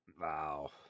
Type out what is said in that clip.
Wow